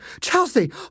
Chelsea